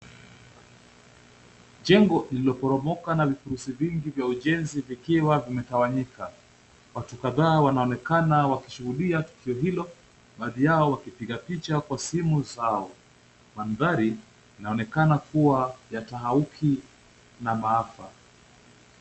Jengo lililopormoka na vifurusi vingi vya ujenzi vikiwa vimetawanyika. Watu kadhaa wanaonekana wakishuhudia tukio hilo, baadhi yao wakipiga picha kwa simu zao. Mandhari inaonekana kuwa ya tahauki na maafa.